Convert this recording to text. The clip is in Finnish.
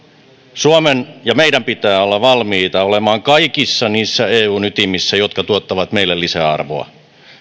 suomen ja meidän pitää olla valmiita olemaan kaikissa niissä eun ytimissä jotka tuottavat meille lisäarvoa